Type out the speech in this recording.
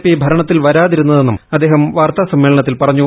P ഭരണത്തിൽ വരാതിരുന്നതെന്നും അദ്ദേഹം വാർത്താസമ്മേളനത്തിൽ പറഞ്ഞു